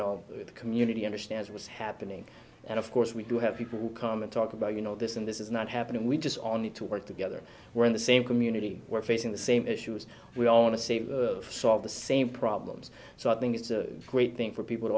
the community understands what's happening and of course we do have people who come and talk about you know this and this is not happening we just on need to work together we're in the same community we're facing the same issues we all want to see solve the same problems so i think it's a great thing for people to